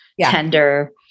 tender